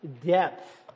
depth